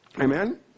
Amen